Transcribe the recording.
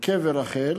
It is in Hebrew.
בקבר רחל